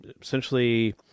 essentially